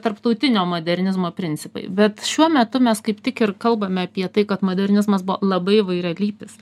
tarptautinio modernizmo principai bet šiuo metu mes kaip tik ir kalbame tai kad modernizmas buvo labai įvairialypis